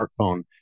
smartphone